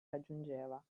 raggiungeva